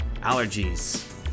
allergies